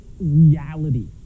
reality